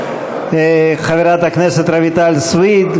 חברת הכנסת רויטל סויד,